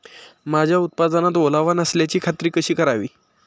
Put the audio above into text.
माझ्या उत्पादनात ओलावा नसल्याची खात्री कशी करावी?